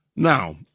Now